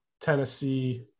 Tennessee